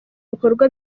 ibikorwa